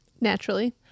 Naturally